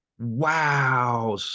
wow